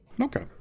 Okay